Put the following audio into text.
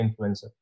influencer